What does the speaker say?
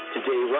Today